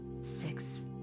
six